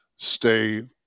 stay